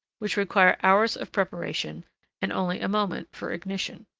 which require hours of preparation and only a moment for ignition.